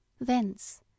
Thence